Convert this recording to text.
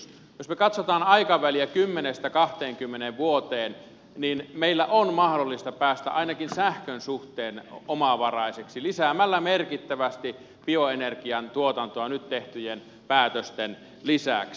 jos me katsomme aikaväliä kymmenestä kahteenkymmeneen vuoteen niin meillä on mahdollista päästä ainakin sähkön suhteen omavaraisiksi lisäämällä merkittävästi bioenergian tuotantoa nyt tehtyjen päätösten lisäksi